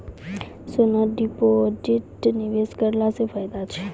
सोना deposit निवेश करला से फैदा छै?